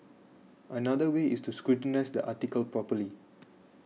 another way is to scrutinise the article properly